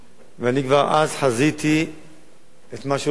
אני כבר אז חזיתי את מה שהולך לקרות,